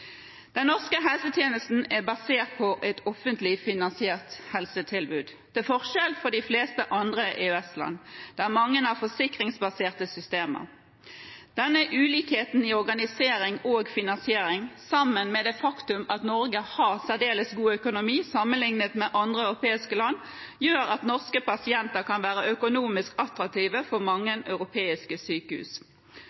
Den norske helsetjenesten er basert på et offentlig finansiert helsetilbud, til forskjell fra de fleste andre EØS-land, der mange har forsikringsbaserte systemer. Denne ulikheten i organisering og finansiering sammen med det faktum at Norge har særdeles god økonomi sammenlignet med andre europeiske land, gjør at norske pasienter kan være økonomisk attraktive for mange